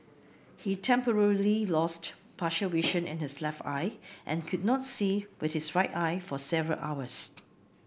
he temporarily lost partial vision in his left eye and could not see with his right eye for several hours